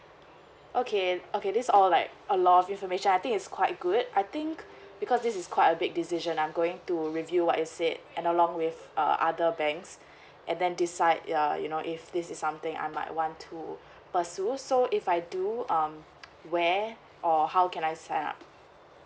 okay okay this all like a lot of information I think it's quite good I think because this is quite a big decision I'm going to review what I said and along with err other banks and then decide ya you know if this is something I might want to pursue so if I do um where or how can I sign up